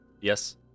Yes